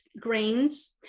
grains